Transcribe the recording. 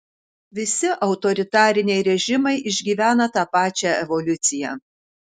visi autoritariniai režimai išgyvena tą pačią evoliuciją